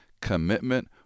commitment